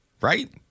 Right